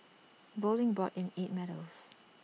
bowling brought in eight medals